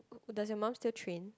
does your mum still train